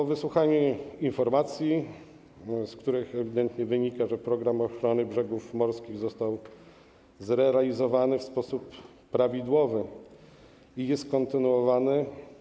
Z wysłuchanej informacji ewidentnie wynika, że „Program ochrony brzegów morskich” został zrealizowany w sposób prawidłowy i jest on kontynuowany.